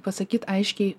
pasakyt aiškiai